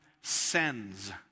sends